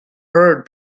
heard